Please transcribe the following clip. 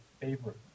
favorite